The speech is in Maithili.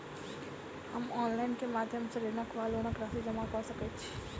हम ऑनलाइन केँ माध्यम सँ ऋणक वा लोनक राशि जमा कऽ सकैत छी?